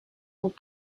ont